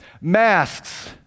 Masks